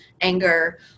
anger